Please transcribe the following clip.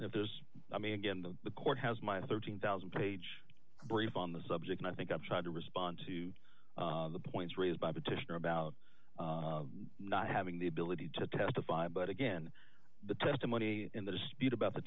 if there's i mean again the court has my thirteen thousand page brief on the subject i think i've tried to respond to the points raised by petitioner about not having the ability to testify but again the testimony in the speech about the